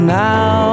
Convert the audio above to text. now